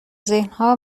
ذهنها